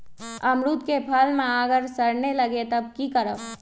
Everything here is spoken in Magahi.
अमरुद क फल म अगर सरने लगे तब की करब?